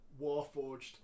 Warforged